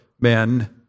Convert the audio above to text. men